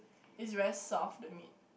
is very soft the meat